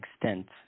extent